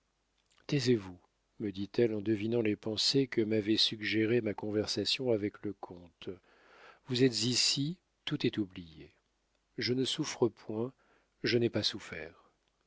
taisez-vous me dit-elle en devinant les pensées que m'avait suggérées ma conversation avec le comte vous êtes ici tout est oublié je ne souffre point je n'ai pas souffert